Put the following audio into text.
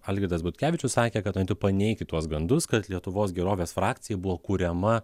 algirdas butkevičius sakė kad norėtų paneigti tuos gandus kad lietuvos gerovės frakcija buvo kuriama